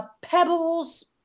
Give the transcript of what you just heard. Pebbles